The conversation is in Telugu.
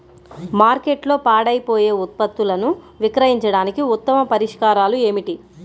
మార్కెట్లో పాడైపోయే ఉత్పత్తులను విక్రయించడానికి ఉత్తమ పరిష్కారాలు ఏమిటి?